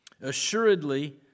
Assuredly